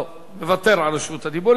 לא, מוותר על רשות הדיבור.